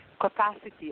capacity